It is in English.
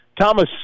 Thomas